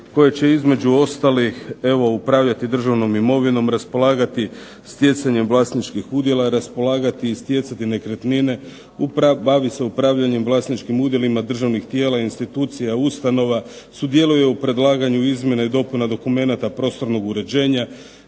koje će između ostalih upravljati državnom imovinom, raspolagati stjecanjem vlasničkih udjela, raspolagati i stjecati nekretnine, bavit se upravljanjem vlasničkih udjela državnih tijela, institucija, ustanova, sudjeluje u predlaganju izmjena i dopuna dokumenata prostornog uređenja,